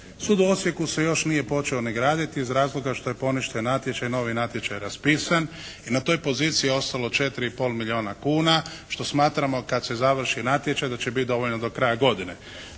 Sud u Osijeku se još nije počeo ni graditi iz razloga što je poništen natječaj, novi natječaj je raspisan i na toj poziciji je ostalo četiri i pol milijuna kuna, što smatramo kad se završi natječaj da će biti dovoljno do kraja godine.